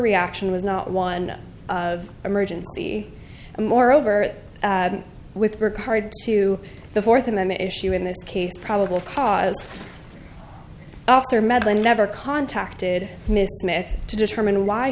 reaction was not one of emergency and moreover with regard to the fourth amendment issue in this case probable cause after medlin never contacted mrs myth to determine why